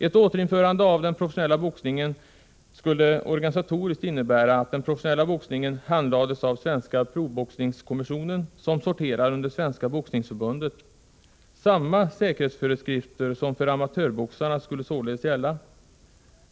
Ett återinförande av den professionella boxningen skulle organisatoriskt innebära att den professionella boxningen handlades av Svenska proboxningskommissionen, som sorterar under Svenska boxningsförbundet. Samma säkerhetsföreskrifter som för amatörboxarna skulle således gälla.